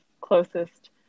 closest